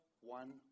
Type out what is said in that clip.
one